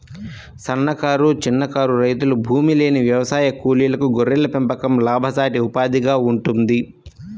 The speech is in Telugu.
సన్నకారు, చిన్నకారు రైతులు, భూమిలేని వ్యవసాయ కూలీలకు గొర్రెల పెంపకం లాభసాటి ఉపాధిగా ఉంటుంది